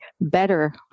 better